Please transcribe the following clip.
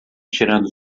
tirando